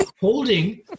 holding